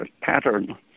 pattern